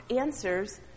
answers